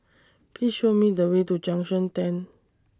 Please Show Me The Way to Junction ten